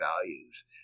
values